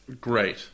great